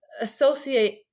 associate